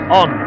on